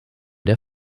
der